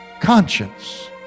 Conscience